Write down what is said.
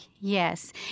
yes